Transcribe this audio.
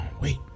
wait